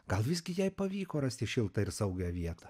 gal visgi jai pavyko rasti šiltą ir saugią vietą